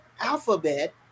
alphabet